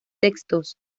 textos